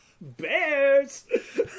Bears